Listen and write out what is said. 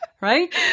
Right